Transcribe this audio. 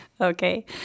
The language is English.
Okay